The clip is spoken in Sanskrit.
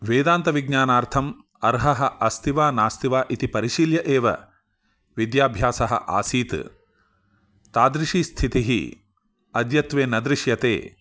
वेदान्तविज्ञानार्थम् अर्हः अस्ति वा नास्ति वा इति परिशील्य एव विद्याभ्यासः आसीत् तादृशी स्थितिः अद्यत्वे न दृश्यते